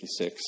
1956